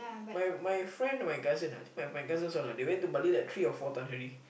my my friend my cousin ah I think I think my cousin also lah I think they went to Bali like three or four times already